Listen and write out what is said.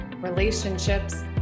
relationships